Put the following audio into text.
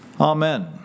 Amen